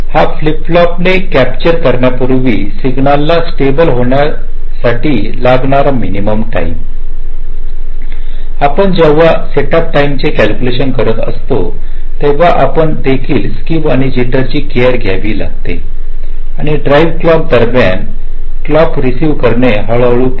हा फ्लिप फ्लॉपने कॅप्पचर करण्यापूर्वी सिग्नल ला स्टेबल होण्यासाठी लागणारा मिनिमम टाईम आहे आणि जेव्हा आपण सेटअप टाईमचे कॅल्क्युलेशन करत असता तेव्हा आपण देखील या स्केव आणि जिटरची केअर घावी आणि ड्राईव्ह क्लॉकदरम्यान क्लॉक रेसिईव्ह करणे हळू हळू पाहु